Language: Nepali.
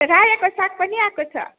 रायोको साग पनि आएको छ